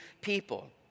people